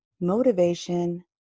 motivation